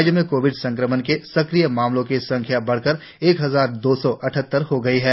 राज्य में कोविड संक्रमण के सक्रिय मामलों की संख्या बढ़कर एक हजार दो सौ अद्वहत्तर हो गई है